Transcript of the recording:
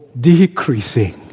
decreasing